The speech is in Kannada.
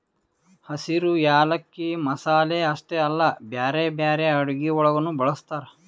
ಹಸಿರು ಯಾಲಕ್ಕಿ ಮಸಾಲೆ ಅಷ್ಟೆ ಅಲ್ಲಾ ಬ್ಯಾರೆ ಬ್ಯಾರೆ ಅಡುಗಿ ಒಳಗನು ಬಳ್ಸತಾರ್